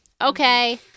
okay